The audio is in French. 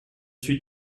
suis